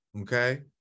Okay